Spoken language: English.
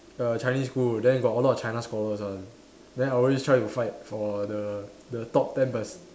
err Chinese school then got a lot of China scholars one then I always try to fight for the the top ten perc~